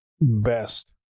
best